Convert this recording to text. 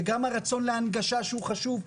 וגם הרצון להנגשה שהוא חשוב,